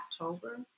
October